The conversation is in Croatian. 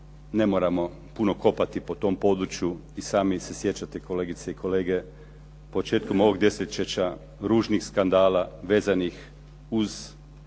ne moramo puno kopati po tom području. I sami se sjećate, kolegice i kolege, početkom ovog desetljeća ružnih skandala vezanih uz